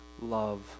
love